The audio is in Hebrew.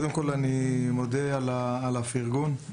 אני מודה לך על הפירגון.